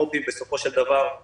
המו"פים בסופו של דבר הם